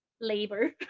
labor